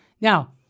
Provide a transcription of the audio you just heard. Now